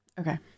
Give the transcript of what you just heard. Okay